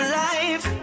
life